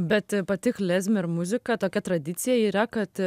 bet pati klezmer muzika tokia tradicija yra kad